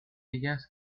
ellas